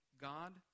God